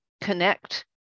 connect